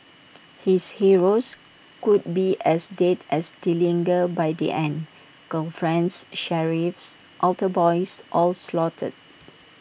his heroes could be as dead as Dillinger by the end girlfriends sheriffs altar boys all slaughtered